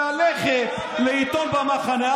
ללכת לעיתון במחנה,